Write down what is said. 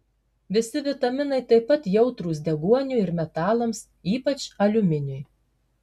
visi vitaminai taip pat jautrūs deguoniui ir metalams ypač aliuminiui